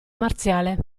marziale